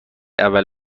اول